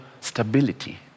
stability